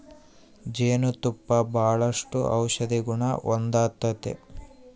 ಜೇನು ತುಪ್ಪ ಬಾಳಷ್ಟು ಔಷದಿಗುಣ ಹೊಂದತತೆ